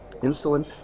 Insulin